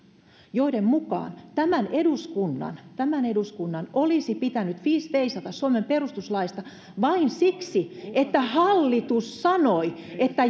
joiden mukaan tämän eduskunnan tämän eduskunnan olisi pitänyt viis veisata suomen perustuslaista vain siksi että hallitus sanoi että